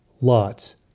Lots